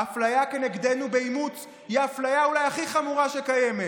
האפליה כנגדנו באימוץ היא אולי האפליה הכי חמורה שקיימת,